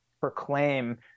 proclaim